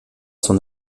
son